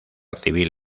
civil